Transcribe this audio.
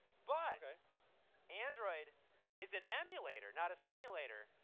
but android is an emulator, not a simulator,